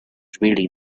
really